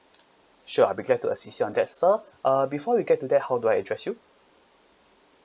sure I'll be glad to assist on that sir uh before we get to that how do I address you